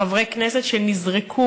חברי כנסת שנזרקו